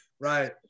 Right